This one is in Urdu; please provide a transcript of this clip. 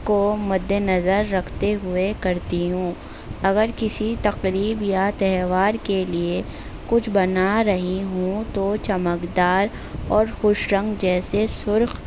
کو مد نظر رکھتے ہوئے کرتی ہوں اگر کسی تقریب یا تہوار کے لیے کچھ بنا رہی ہوں تو چمکدار اور خوش رنگ جیسے سرخ